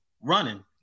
running